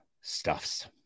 stuffs